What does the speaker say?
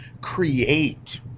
create